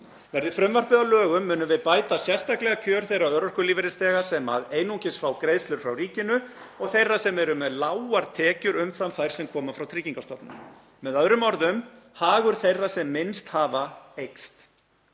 Verði frumvarpið að lögum munum við bæta sérstaklega kjör þeirra örorkulífeyrisþega sem einungis fá greiðslur frá ríkinu og þeirra sem eru með lágar tekjur umfram þær sem koma frá Tryggingastofnun. Með öðrum orðum: Hagur þeirra sem minnst hafa eykst.